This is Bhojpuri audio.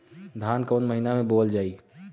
धान कवन महिना में बोवल जाई?